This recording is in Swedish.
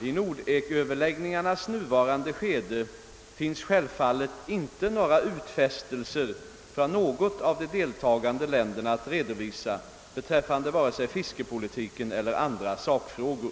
I Nordeköverläggningarnas nuvarande skede finns självfallet inte några utfästelser från något av de deltagande länderna att redovisa beträffande vare sig fiskepolitiken eller andra sakfrågor.